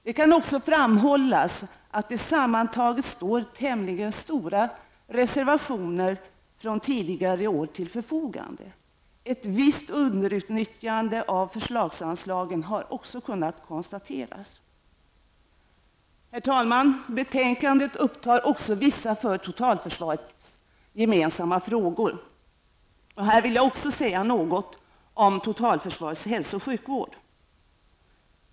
Det kan också framhållas att det sammantaget står tämligen stora reservationer från tidigare år till förfogande. Ett visst underutnyttjande av förslagsanslagen har också kunnat konstateras. Herr talman! Betänkandet upptar också vissa för totalförsvaret gemensamma frågor. Här vill jag säga något om totalförsvarets hälso och sjukvård.